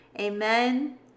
Amen